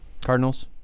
Cardinals